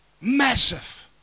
Massive